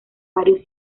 varios